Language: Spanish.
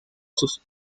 sus